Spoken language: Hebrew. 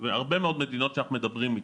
הרבה מאוד מדינות שאנחנו מדברים איתן.